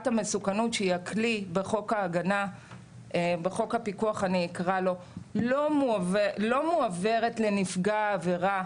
המסוכנות שהיא הכלי בחוק הפיקוח לא מועבר לנפגע העבירה